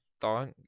thought